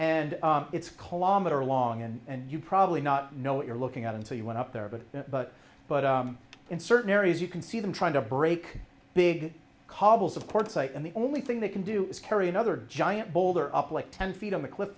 and it's kilometer long and you probably not know what you're looking at and so you went up there but but but in certain areas you can see them trying to break big cobbles support site and the only thing they can do is carry another giant boulder up like ten feet on the cli